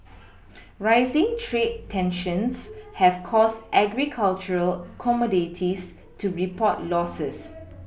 rising trade tensions have caused agricultural commodities to report Losses